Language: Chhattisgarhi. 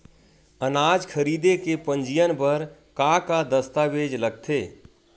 अनाज खरीदे के पंजीयन बर का का दस्तावेज लगथे?